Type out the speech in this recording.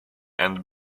and